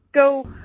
go